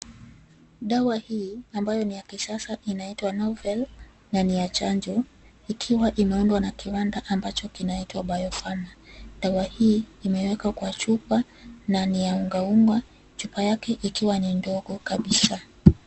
Dawa hii ambayo ni ya kisasa inaitwa novel , na ni ya chanjo ikiwa imeundwa na kiwanda ambachokinaitwa Biofarm . Dawa hii imewekwa kwa chupa, na ni ya unga, chupa yake ikiwa ni ndogo kabisa.